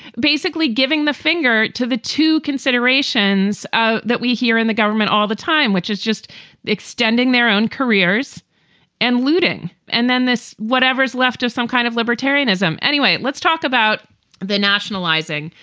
basically giving the finger to the two considerations ah that we hear in the government all the time, which is just extending their own careers and looting. and then this whatever is left to some kind of libertarianism anyway. let's talk about the nationalizing.